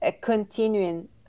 continuing